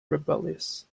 rebellious